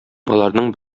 аларның